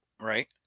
Right